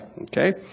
Okay